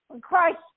Christ